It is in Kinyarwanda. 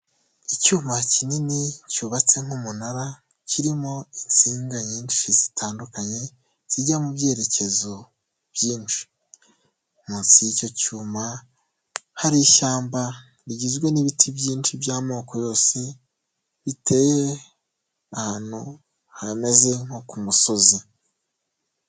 Icyuma kinini cyubatse nk'umunara, kirimo insinga nyinshi zitandukanye zijya mu byerekezo byinshi, munsi y'icyo cyuma hari ishyamba rigizwe n'ibiti byinshi by'amoko yose biteye ahantu hameze nko ku musozi.